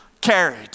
carried